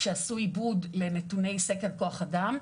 שעשו עיבוד לנתוני סקר כוח אדם,